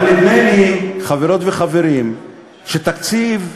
אבל נדמה לי, חברות וחברים, שתקציב,